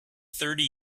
thirty